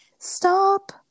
Stop